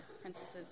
princesses